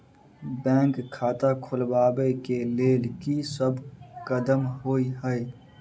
Bank खाता खोलबाबै केँ लेल की सब कदम होइ हय?